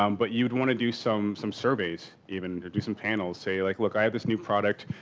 um but you'd want to do some some surveys, even do some panels say, like look, i have this new product,